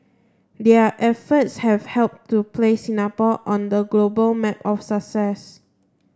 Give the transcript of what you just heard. their efforts have helped to place Singapore on the global map of success